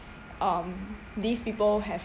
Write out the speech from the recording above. um these people have